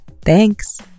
Thanks